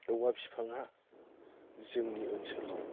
औवा बिफांहा जोंनि ओनसोलाव